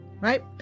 right